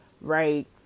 right